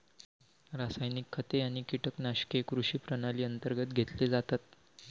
रासायनिक खते आणि कीटकनाशके कृषी प्रणाली अंतर्गत घेतले जातात